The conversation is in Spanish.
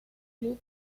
club